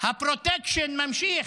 הפרוטקשן נמשך,